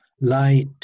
light